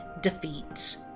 defeat